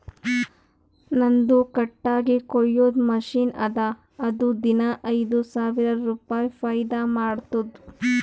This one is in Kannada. ನಂದು ಕಟ್ಟಗಿ ಕೊಯ್ಯದ್ ಮಷಿನ್ ಅದಾ ಅದು ದಿನಾ ಐಯ್ದ ಸಾವಿರ ರುಪಾಯಿ ಫೈದಾ ಮಾಡ್ತುದ್